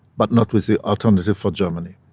but not with the alternative for germany.